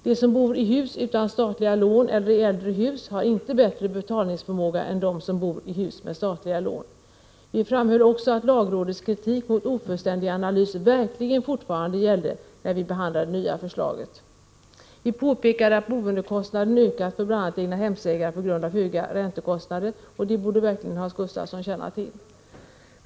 De som bor i hus utan statliga lån eller i äldre hus har inte bättre betalningsförmåga än de som bor i hus med statliga lån. Vi framhöll också att lagrådets kritik mot ofullständig analys verkligen fortfarande gällde, när vi behandlade det nya förslaget. Vi påpekade att boendekostnaden ökat för bl.a. egnahemsägare på grund av höjda räntekostnader. Detta borde verkligen Hans Gustafsson känna till.